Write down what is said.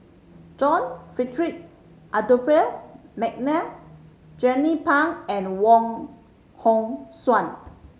John Frederick Adolphus McNair Jernnine Pang and Wong Hong Suen